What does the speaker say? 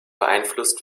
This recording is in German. beeinflusst